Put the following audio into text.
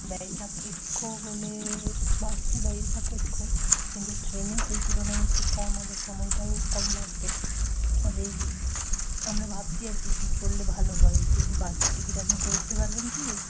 ব্যয় সাপেক্ষ বলে ব্যয় সাপেক্ষ কিন্তু ট্রেনে সেই তুলনায় একটু কম হবে সময়টাও কম লাগবে আমরা ভাবছি আর কি কি করলে ভালো হয় একটু যদি বাসের টিকিট আপনি করে দিতে পারবেন কি